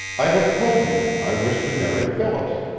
i have told you i wish to marry phyllis.